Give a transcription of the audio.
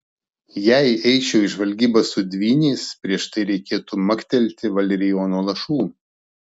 jei eičiau į žvalgybą su dvyniais prieš tai reikėtų maktelti valerijono lašų